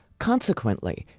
consequently,